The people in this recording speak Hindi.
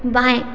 बाएँ